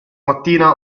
mattina